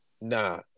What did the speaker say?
Nah